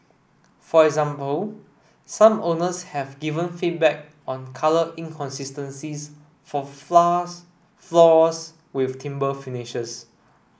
for example some owners have given feedback on colour inconsistencies for floors with timber finishes